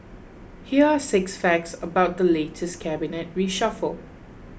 here are six facts about the latest cabinet reshuffle